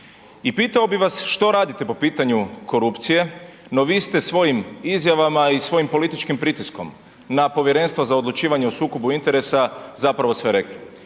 I pitao bi vas što radite po pitanju korupcije, no vi ste svojim izjavama i svojim političkim pritiskom na Povjerenstvo za odlučivanje o sukobu interesa zapravo sve rekli.